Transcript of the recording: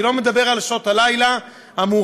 אני לא מדבר על שעות הלילה המאוחרות,